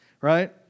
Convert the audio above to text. Right